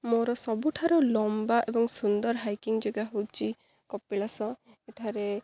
ମୋର ସବୁଠାରୁ ଲମ୍ବା ଏବଂ ସୁନ୍ଦର ହାଇକିଂ ଜାଗା ହେଉଛି କପିଳାସ ଏଠାରେ